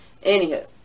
Anywho